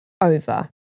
over